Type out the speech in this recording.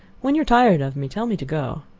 when you are tired of me, tell me to go.